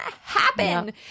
happen